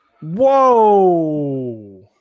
Whoa